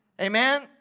Amen